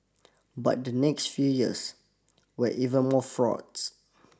but the next few years were even more fraught